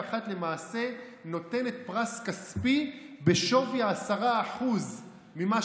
41 למעשה נותנת פרס כספי בשווי 10% ממה